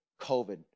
COVID